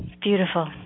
Beautiful